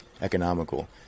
economical